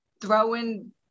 throwing